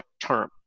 term